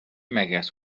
مگس